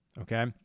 Okay